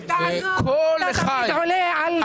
כה לחי.